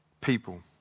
people